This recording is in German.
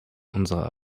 unserer